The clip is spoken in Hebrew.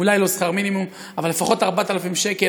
אולי לא שכר מינימום, אבל לפחות 4,000 שקל.